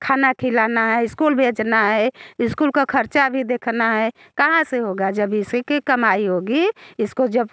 खाना खिलाना है इस्कूल भेजना है इस्कूल का ख़र्च भी देखना है कहाँ से होगा जब इसी की कमाई होगी इसको जब